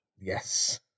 Yes